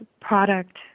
product